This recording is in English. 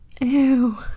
Ew